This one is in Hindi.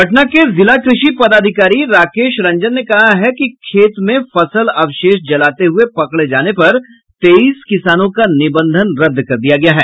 पटना के जिला कृषि पदाधिकारी राकेश रंजन ने कहा है कि खेत में फसल अवशेष जलाते हुये पकड़े जाने पर तेईस किसानों का निबंधन रद्द कर दिया गया है